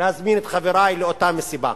להזמין את חברי לאותה מסיבה,